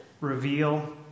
reveal